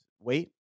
wait